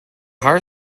hare